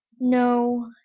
no,